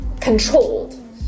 controlled